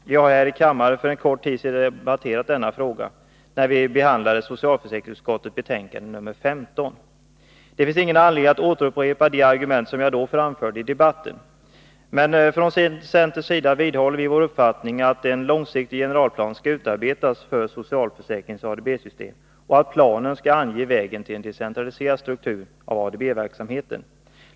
Vi har här i kammaren för en kort tid sedan debatterat denna fråga, när vi behandlade socialförsäkringsutskottets betänkande nr 15. Det finns ingen anledning att upprepa de argument som jag då framförde i debatten. Centern vidhåller sin uppfattning att en långsiktig generalplan skall utarbetas för socialförsäkringens ADB-system, och att planen ska ange vägen till en decentraliserad struktur av ADB-verksamheten.